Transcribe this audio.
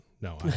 No